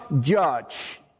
judge